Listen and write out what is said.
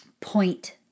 point